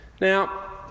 Now